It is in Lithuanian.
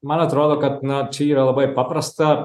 man atrodo kad na čia yra labai paprasta